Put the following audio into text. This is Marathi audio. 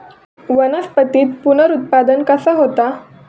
वनस्पतीत पुनरुत्पादन कसा होता?